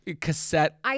cassette